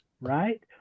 right